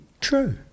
true